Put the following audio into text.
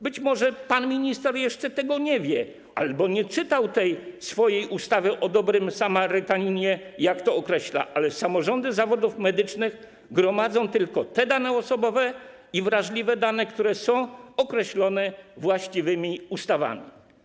Być może pan minister jeszcze tego nie wie albo nie czytał tej swojej ustawy o dobrym samarytaninie, jak to określa, ale samorządy zawodów medycznych gromadzą tylko te dane osobowe i wrażliwe, które są określone właściwymi ustawami.